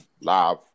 live